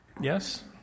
Yes